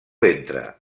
ventre